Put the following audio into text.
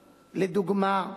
לדוגמה,